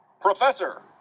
Professor